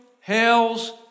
hell's